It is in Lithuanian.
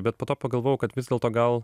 bet po to pagalvojau kad vis dėlto gal